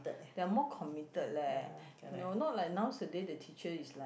they are more committed leh you know not like nowadays the teacher is like